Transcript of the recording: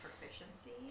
proficiency